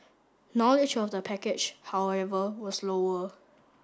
knowledge of the package however was lower